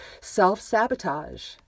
self-sabotage